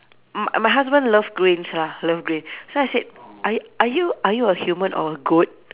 m~ my husband love greens ah love green so I said are y~ are you are you a human or a goat